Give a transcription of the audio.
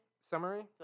summary